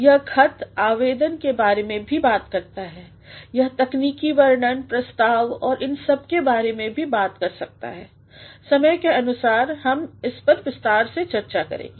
यह खत आवेदन के बारे में भी बात करता है यह तकनीकी वर्णन प्रस्ताव और इन सब के बारे में भी बात कर सकता है समय के अनुसार हम हम इस परविस्तार मेंचर्चा करेंगे